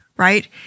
right